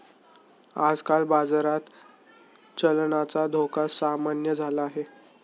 आजकाल बाजारात चलनाचा धोका सामान्य झाला आहे